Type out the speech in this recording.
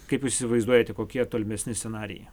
kaip įsivaizduojate kokie tolimesni scenarijai